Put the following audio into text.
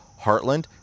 Heartland